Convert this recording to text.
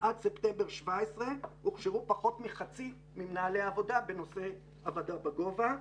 עד ספטמבר 17' הוכשרו פחות מחצי ממנהלי העבודה בנושא עבודה בגובה.